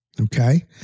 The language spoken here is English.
Okay